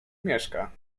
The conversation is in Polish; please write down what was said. mieszka